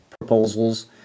proposals